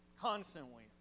Constantly